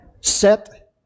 set